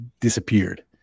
disappeared